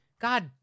god